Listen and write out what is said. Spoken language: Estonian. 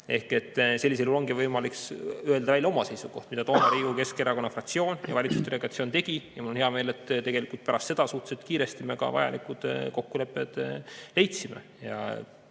Sellisel juhul on võimalik öelda välja oma seisukoht, mida toona Riigikogu Keskerakonna fraktsioon ja valitsusdelegatsioon tegid, ja mul on hea meel, et tegelikult pärast seda me suhteliselt kiiresti ka vajalikud kokkulepped leidsime ja